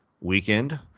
weekend